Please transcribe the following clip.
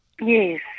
Yes